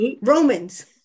Romans